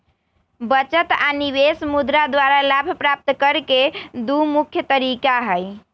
बचत आऽ निवेश मुद्रा द्वारा लाभ प्राप्त करेके दू मुख्य तरीका हई